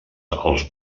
els